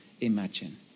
imagine